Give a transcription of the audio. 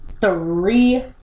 three